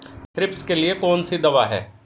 Thrips के लिए कौन सी दवा है?